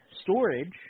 storage